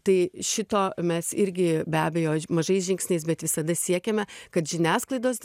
tai šito mes irgi be abejo mažais žingsniais bet visada siekiame kad žiniasklaidos